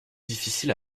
difficile